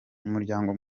umuryango